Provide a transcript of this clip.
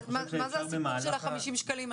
אני חושב שאפשר במהלך -- מה זה הסיפור של ה-50 שקלים?